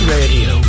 Radio